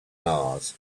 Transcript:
mars